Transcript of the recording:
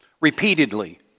repeatedly